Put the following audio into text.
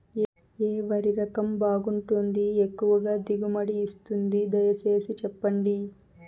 ఏ వరి రకం బాగుంటుంది, ఎక్కువగా దిగుబడి ఇస్తుంది దయసేసి చెప్పండి?